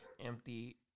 Empty